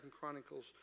Chronicles